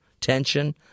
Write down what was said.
tension